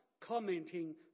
commenting